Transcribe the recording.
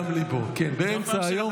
רק שתדע שזה אמצע היום,